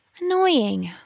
Annoying